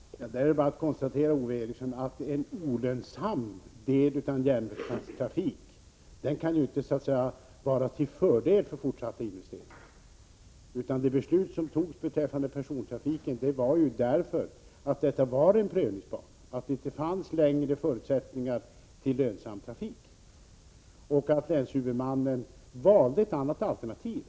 Herr talman! Det är bara att konstatera, Ove Eriksson, att en olönsam del av en järnväg inte kan vara till fördel för fortsatta investeringar. Bakgrunden till de beslut som togs beträffande persontrafiken var ju att det var fråga om en prövningsbana, att det inte längre fanns förutsättningar för lönsam trafik och att länshuvudmannen valde ett annat alternativ.